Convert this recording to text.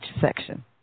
section